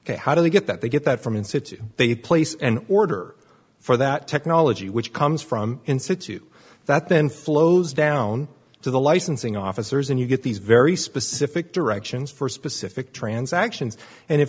ok how do they get that they get that from in situ they place an order for that technology which comes from insitute that then flows down to the licensing officers and you get these very specific directions for specific transactions and if